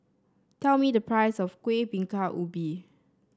tell me the price of Kueh Bingka Ubi